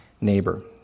neighbor